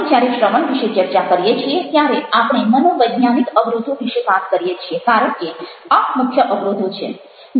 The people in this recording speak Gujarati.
આપણે જ્યારે શ્રવણ વિશે ચર્ચા કરીએ છીએ ત્યારે આપણે મનોવૈજ્ઞાનિક અવરોધો વિશે વાત કરીએ છીએ કારણ કે આ મુખ્ય અવરોધો છે જેનું આપણે નિવારણ કરવાનું છે